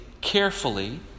carefully